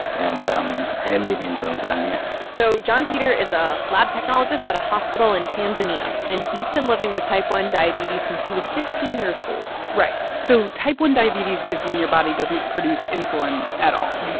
and i live in tanzania so johnpeter is a lab technologist at a hospital in tanzania, and he's been living with type one diabetes since he was fifteen years old right. so type one diabetes is when your body doesn't produce insulin at all,